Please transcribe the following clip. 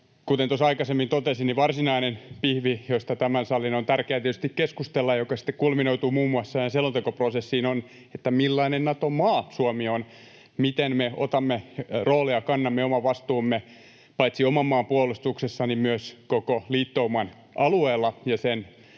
tuossa aikaisemmin totesin, niin varsinainen pihvi, josta tämän salin on tärkeää tietysti keskustella ja joka sitten kulminoituu muun muassa selontekoprosessiin, on se, millainen Nato-maa Suomi on, miten me otamme roolia ja kannamme oman vastuumme paitsi oman maan puolustuksessa myös koko liittouman alueella ja sen